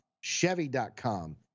Chevy.com